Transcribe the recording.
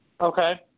Okay